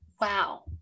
wow